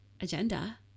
agenda